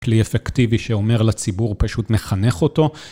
כלי אפקטיבי שאומר לציבור, פשוט מחנך אותו.